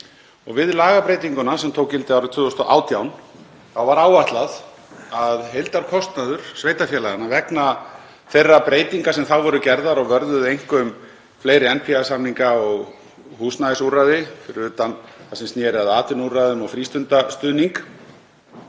og við lagabreytinguna sem tók gildi árið 2018 var áætlað að heildarkostnaður sveitarfélaganna vegna þeirra breytinga sem þá voru gerðar og vörðuðu einkum fleiri NPA-samninga og húsnæðisúrræði, fyrir utan það sem sneri að atvinnuúrræðum og frístundastuðningi,